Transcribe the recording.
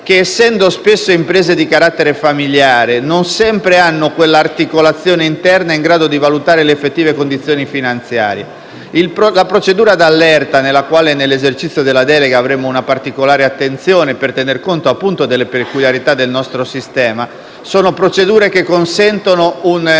che, essendo spesso di carattere familiare, non sempre hanno quell'articolazione interna in grado di valutare le effettive condizioni finanziarie. Le procedure di allerta, per le quali, nell'esercizio della delega, avremo una particolare attenzione per tenere conto delle peculiarità del nostro sistema, consentono una